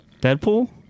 Deadpool